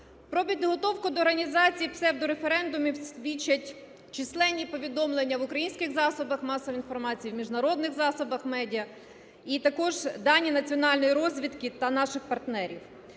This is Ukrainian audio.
Про підготовку до організації псевдореферендумів свідчать численні повідомлення в українських засобах масової інформації, в міжнародних засобах медіа і також дані національної розвідки та наших партнерів,